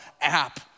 app